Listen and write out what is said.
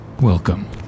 Welcome